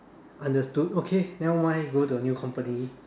understood okay never mind go to a new company